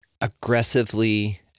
Aggressively